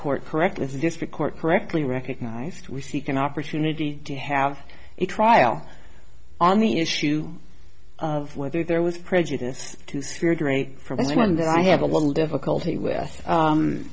court correctly the district court correctly recognized we seek an opportunity to have a trial on the issue of whether there was prejudice to three great from that i have a little difficulty with